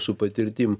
su patirtim